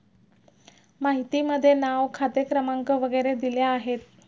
माहितीमध्ये नाव खाते क्रमांक वगैरे दिले आहेत